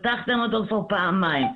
פתחתם אותו כבר פעמיים,